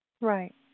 Right